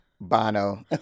Bono